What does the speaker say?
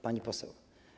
Pani Poseł!